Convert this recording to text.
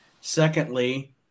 Secondly